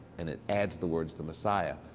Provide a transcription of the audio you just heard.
and it adds the words, the messiah.